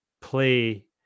play